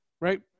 Right